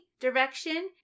direction